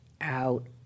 out